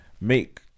make